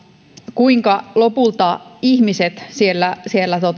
kuinka lopulta ihmiset siellä siellä